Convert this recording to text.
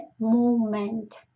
movement